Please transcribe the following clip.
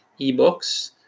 ebooks